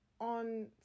On